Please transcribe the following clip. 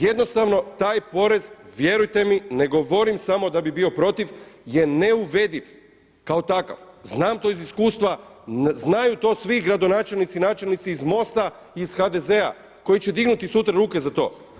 Jednostavno taj porez, vjerujte mi, ne govorim samo da bi bio protiv je neuvediv kao takav, znam to iz iskustva, znaju to svi gradonačelnici i načelnici iz MOST-a i iz HDZ-a koji će dignuti sutra ruke za to.